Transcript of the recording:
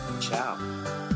Ciao